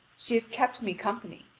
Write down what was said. she has kept me company,